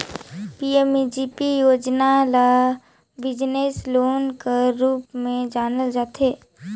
PMEGP योजना ल business loan कर रूप में जानल जाथे